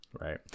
Right